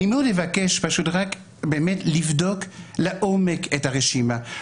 אבקש לבדוק לעומק את הרשימה,